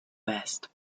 vest